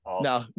no